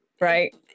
right